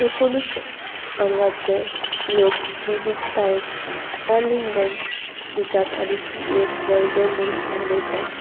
एकुणूच हांगाचे लोक विविधतायेक अलिंगन दितात आनी ती एक बळगें म्हूण मनयतात